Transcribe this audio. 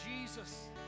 Jesus